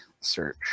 search